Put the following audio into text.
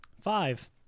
Five